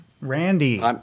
randy